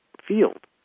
field